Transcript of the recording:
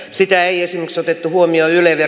sitä ei otettu huomioon yleinen